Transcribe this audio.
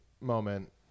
moment